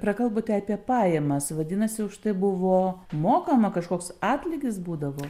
prakalbote apie pajamas vadinasi už tai buvo mokama kažkoks atlygis būdavo